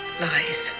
lies